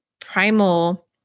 primal